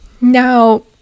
Now